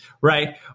right